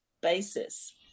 basis